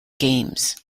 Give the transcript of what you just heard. games